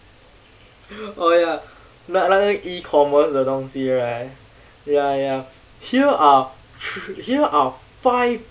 oh ya 那那个 e-commerce 的东西 right ya ya here are here are five